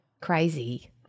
crazy